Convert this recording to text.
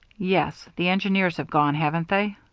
yes. the engineers have gone, haven't they?